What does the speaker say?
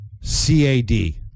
C-A-D